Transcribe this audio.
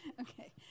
Okay